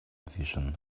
vision